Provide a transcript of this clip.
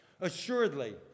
Assuredly